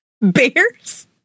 Bears